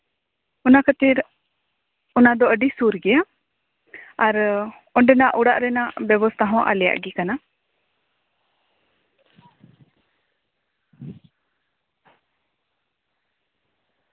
ᱚᱱᱟ ᱠᱷᱟᱹᱛᱤᱨ ᱚᱱᱟ ᱫᱚ ᱟᱹᱰᱤ ᱥᱩᱨ ᱜᱮᱭᱟ ᱟᱨ ᱚᱸᱰᱮᱱᱟᱜ ᱚᱲᱟᱜ ᱨᱮᱭᱟᱜ ᱵᱮᱵᱚᱥᱛᱟ ᱦᱚᱸ ᱟᱞᱮᱭᱟᱜ ᱜᱮ ᱠᱟᱱᱟ